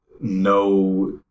no